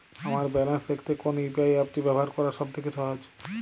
আমার ব্যালান্স দেখতে কোন ইউ.পি.আই অ্যাপটি ব্যবহার করা সব থেকে সহজ?